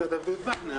תודה רבה לכולם.